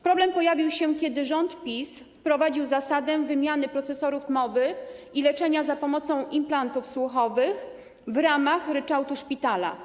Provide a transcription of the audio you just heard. Problem pojawił się, kiedy rząd PiS wprowadził zasadę wymiany procesorów mowy i leczenia za pomocą implantów słuchowych w ramach ryczałtu szpitala.